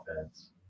offense